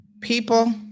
People